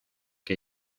que